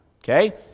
Okay